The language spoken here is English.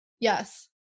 Yes